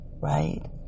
right